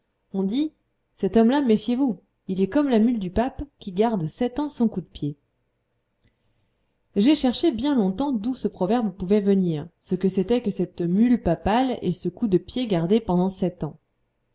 on dit cet homme-là méfiez-vous il est comme la mule du pape qui garde sept ans son coup de pied j'ai cherché bien longtemps d'où ce proverbe pouvait venir ce que c'était que cette mule papale et ce coup de pied gardé pendant sept ans